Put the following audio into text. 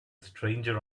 stranger